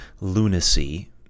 lunacy